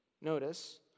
notice